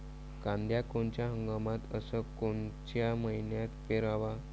कांद्या कोनच्या हंगामात अस कोनच्या मईन्यात पेरावं?